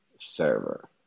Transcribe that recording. server